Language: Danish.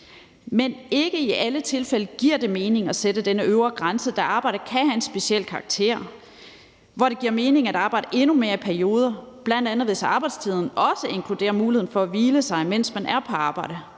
Men ikke i alle tilfælde giver det mening at sætte denne øvre grænse, da arbejdet kan have en speciel karakter, hvor det giver mening at arbejde endnu mere i perioder, bl.a. hvis arbejdstiden også inkluderer muligheden for at hvile sig, mens man er på arbejde.